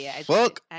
Fuck